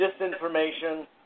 disinformation